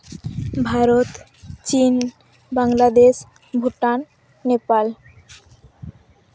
ᱵᱷᱟᱨᱚᱛ ᱪᱤᱱ ᱵᱟᱝᱞᱟᱫᱮᱥ ᱵᱷᱩᱴᱟᱱ ᱱᱮᱯᱟᱞ